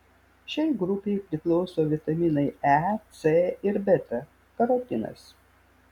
šiai grupei priklauso vitaminai e c ir beta karotinas